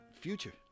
Future